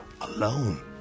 alone